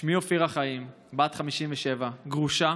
שמי אופירה חיים, בת 57, גרושה